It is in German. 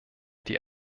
die